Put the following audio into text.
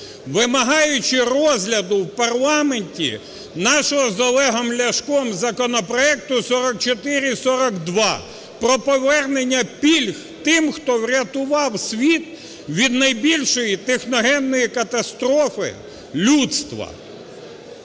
вимагаючи розгляду в парламенті нашого з Олегом Ляшком законопроекту 4442 про повернення пільг тим, хто врятував світ від найбільшої техногенної катастрофи людства.